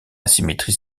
asymétrie